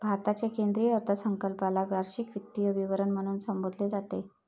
भारताच्या केंद्रीय अर्थसंकल्पाला वार्षिक वित्तीय विवरण म्हणून संबोधले जाते